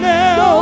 now